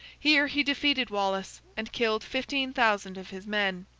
here, he defeated wallace, and killed fifteen thousand of his men.